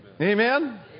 Amen